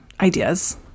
ideas